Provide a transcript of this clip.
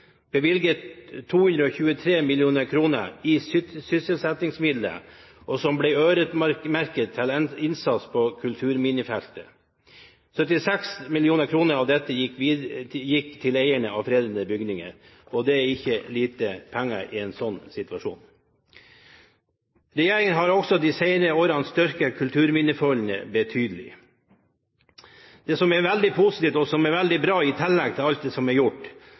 bevilget 223 mill. kr i sysselsettingsmidler, som ble øremerket til innsats på kulturminnefeltet. 76 mill. kr av dette gikk til eiere av fredede bygninger – og det er ikke lite penger i en slik situasjon. Regjeringen har de senere årene styrket Kulturminnefondet betydelig. Det som er veldig positivt, og som er veldig bra, i tillegg til alt som er gjort,